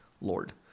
lord